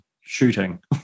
shooting